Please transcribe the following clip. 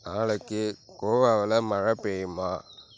நாளைக்கு கோவாவில் மழை பெய்யுமா